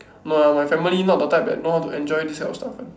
no lah my family not the type that know how to enjoy this type of stuff [one]